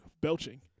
belching